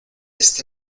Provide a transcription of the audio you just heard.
este